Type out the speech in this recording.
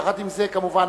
יחד עם זה התקנון,